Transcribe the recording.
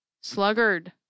Sluggard